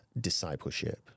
Discipleship